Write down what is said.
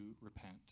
repent